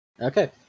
Okay